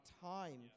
time